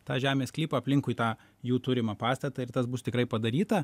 tą žemės sklypą aplinkui tą jų turimą pastatą ir tas bus tikrai padaryta